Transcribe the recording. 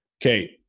Okay